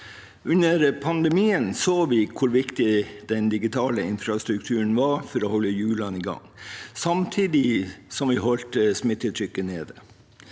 Under pandemien så vi hvor viktig den digitale infrastrukturen var for å holde hjulene i gang, samtidig som vi holdt smittetrykket nede.